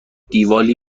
دیوالی